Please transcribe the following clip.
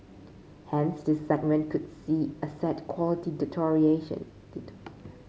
hence this segment could see asset quality deterioration